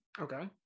okay